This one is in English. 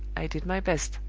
i did my best.